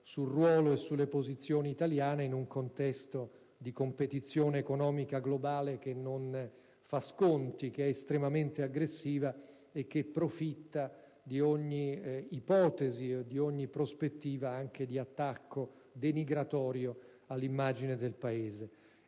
sul ruolo e sulle posizioni italiane, nel contesto di una competizione economica globale che non fa sconti, che è estremamente aggressiva e che profitta di ogni ipotesi e di ogni prospettiva, anche di attacco denigratorio all'immagine del Paese.